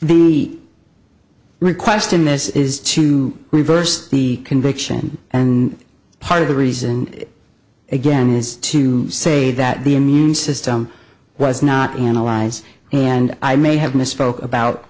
the request in this is to reverse the conviction and part of the reason again is to say that the immune system was not analyze and i may have misspoken about